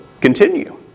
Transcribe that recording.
continue